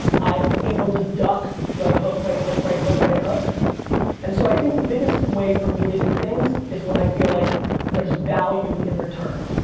i'm able to duck right hook, right hook, right hook, right hook and so i think the biggest way for me to do things is when i feel like there is value in return.